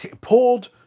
Pulled